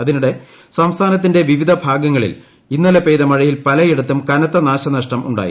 അതിനിടെ സംസ്ഥാനത്തിന്റെ വിവിധ ഭൂഗ്ങ്ങളിൽ ഇന്നലെ പെയ്ത മഴയിൽ പലയിടത്തും കനത്ത നാർനുഷ്ടം ഉണ്ടായി